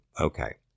Okay